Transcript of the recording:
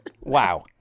wow